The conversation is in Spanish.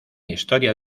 historia